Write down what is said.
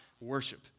worship